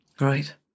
Right